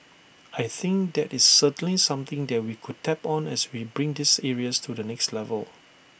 I think that is certainly something that we could tap on as we bring these areas to the next level